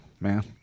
man